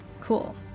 Cool